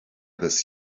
this